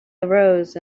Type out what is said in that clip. arose